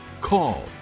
call